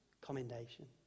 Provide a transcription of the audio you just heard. commendation